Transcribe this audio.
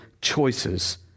choices